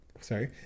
Sorry